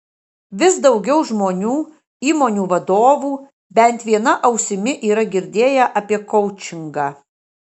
vis daugiau žmonių įmonių vadovų bent viena ausimi yra girdėję apie koučingą